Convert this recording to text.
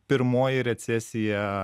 pirmoji recesija